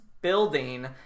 building